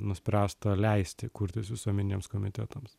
nuspręsta leisti kurtis visuomeniniams komitetams